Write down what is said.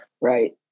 Right